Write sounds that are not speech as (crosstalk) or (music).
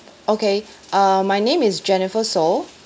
okay (breath) err my name is jennifer soh